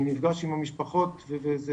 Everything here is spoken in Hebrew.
אני נפגש עם המשפחות וזה